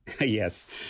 Yes